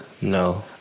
No